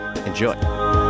Enjoy